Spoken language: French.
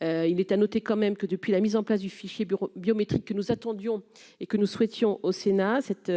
il est à noter quand même que depuis la mise en place du fichier bureau biométrique que nous attendions et que nous souhaitions au Sénat cette